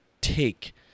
take